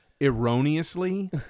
Erroneously